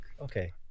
okay